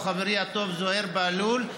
הוא חברי הטוב זוהיר בהלול,